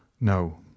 No